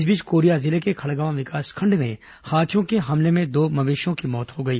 इस बीच कोरिया जिले के खड़गवां विकासखंड में हाथियों के हमले में दो मवेशियों की मौत हो गई